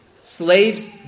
Slaves